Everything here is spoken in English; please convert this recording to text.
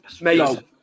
amazing